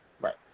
Right